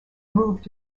moved